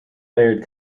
layered